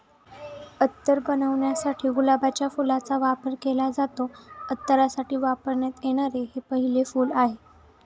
अत्तर बनवण्यासाठी गुलाबाच्या फुलाचा वापर केला जातो, अत्तरासाठी वापरण्यात येणारे हे पहिले फूल आहे